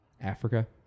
Africa